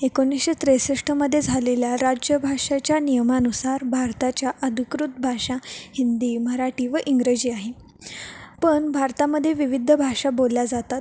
एकोणीसशे त्रेसष्टमध्ये झालेल्या राज्यभाषाच्या नियमानुसार भारताच्या अधिकृत भाषा हिंदी मराठी व इंग्रजी आहे पण भारतामध्ये विविध भाषा बोलल्या जातात